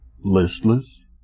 listless